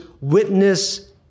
witness